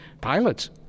pilots